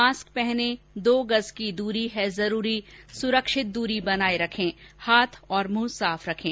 mask पहनें दो गज़ की दूरी है जरूरी सुरक्षित दूरी बनाए रखें हाथ और मुंह साफ रखें